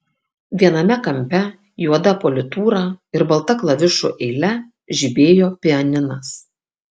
viename kampe juoda politūra ir balta klavišų eile žibėjo pianinas